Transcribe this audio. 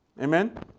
Amen